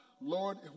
Lord